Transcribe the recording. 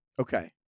Okay